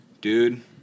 Dude